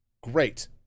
Great